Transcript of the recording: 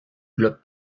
globe